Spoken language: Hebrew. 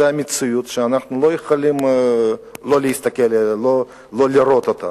זאת מציאות שאנחנו לא יכולים לא לראות אותה,